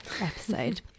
episode